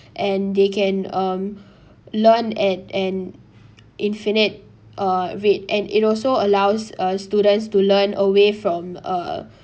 and they can um learn at an infinite uh rate and it also allows uh students to learn away from uh